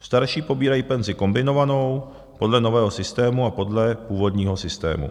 Starší pobírají penzi kombinovanou podle nového systému a podle původního systému.